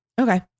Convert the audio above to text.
Okay